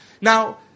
Now